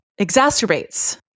exacerbates